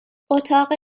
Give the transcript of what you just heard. اتاق